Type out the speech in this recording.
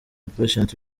patient